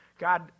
God